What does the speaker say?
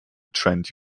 trent